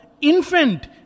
infant